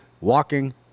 walking